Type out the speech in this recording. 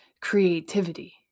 Creativity